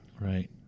Right